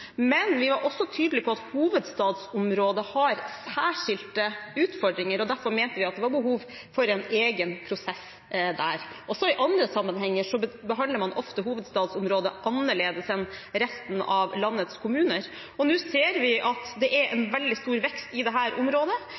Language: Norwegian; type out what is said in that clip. men vi var også tydelige på at hovedstadsområdet har særskilte utfordringer, derfor mente vi at det var behov for en egen prosess der. Også i andre sammenhenger behandler man ofte hovedstadsområdet annerledes enn resten av landets kommuner. Nå ser vi at det er en veldig stor vekst i dette området. Vi ser at det